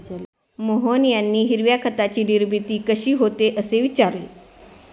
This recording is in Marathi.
मोहन यांनी हिरव्या खताची निर्मिती कशी होते, असे विचारले